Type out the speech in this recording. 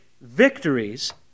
victories